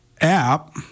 app